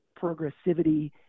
progressivity